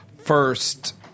first